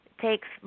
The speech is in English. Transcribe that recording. takes